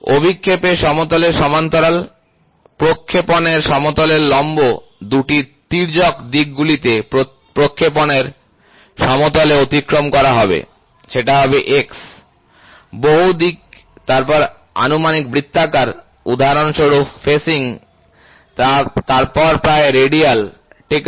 অভিক্ষেপের সমতলের সমান্তরাল প্রক্ষেপণের সমতলের লম্ব 2 টি তির্যক দিকগুলিতে প্রক্ষেপণের সমতলে অতিক্রম করা হবে সেটা হবে X বহু দিক তারপর আনুমানিক বৃত্তাকার উদাহরণস্বরূপ ফেসিং তারপর প্রায় রেডিয়াল ঠিক আছে